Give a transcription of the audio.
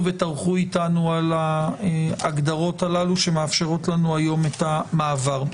וטרחו איתנו על ההגדרות הללו שמאפשרות לנו היום את המעבר.